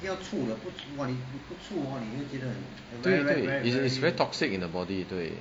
对对对 it's is very toxic in a body 对